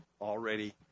already